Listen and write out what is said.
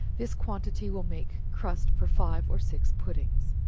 this quantity will make crust for five or six puddings.